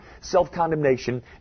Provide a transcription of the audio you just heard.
self-condemnation